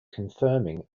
confirming